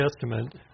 Testament